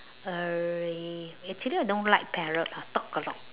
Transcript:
err actually I don't like parrot ah talk a lot